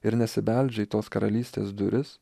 ir nesibeldžia į tos karalystės duris